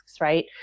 Right